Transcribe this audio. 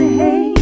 hey